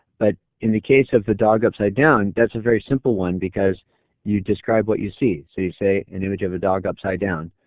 but in the case of the dog upside down, that's very simple one because you describe what you see. so you say image of a dog upside down.